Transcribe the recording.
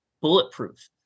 bulletproof